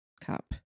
cup